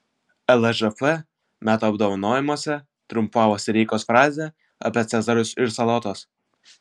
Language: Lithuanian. lsžf metų apdovanojimuose triumfavo sireikos frazė apie cezarius ir salotas